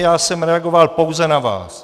Já jsem reagoval pouze na vás.